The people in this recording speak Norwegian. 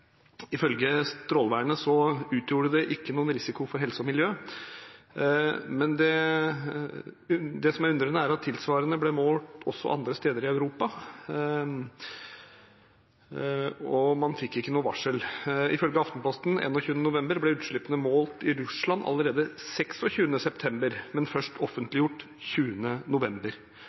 Ifølge Statens strålevern utgjorde det ikke risiko for helse og miljø. Tilsvarende ble målt også andre steder i Europa. Ifølge Aftenposten 21. november ble utslippene målt i Russland allerede 26. september, men først offentliggjort 20. november.